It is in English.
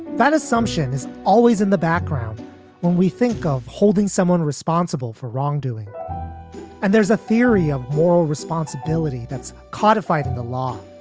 that assumption is always in the background when we think of holding someone responsible for wrongdoing and there's a theory of moral responsibility that's codified in the law.